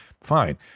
fine